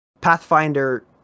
Pathfinder